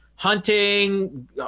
hunting